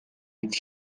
its